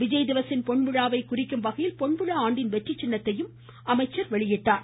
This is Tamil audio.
விஜய் திவஸின் பொன்விழாவை குறிக்கும் வகையில் பொன்விழா ஆண்டின் வெற்றி சின்னத்தையும் அவர் வெளியிட்டார்